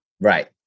Right